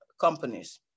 companies